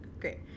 Great